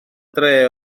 dre